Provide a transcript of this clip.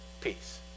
peace